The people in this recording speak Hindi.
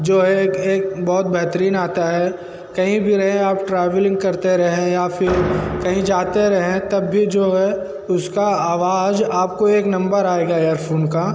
जो है एक एक बहुत बेहतरीन आता है कहीं भी रहें आप ट्रैवलिंग करते रहें या फिर कहीं जाते रहें तब भी जो है उसका आवाज़ आप को एक नंबर आएगा एयरफ़ोन का